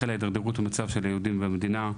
החלה התדרדרות במצב היהודים במדינה,